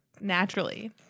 Naturally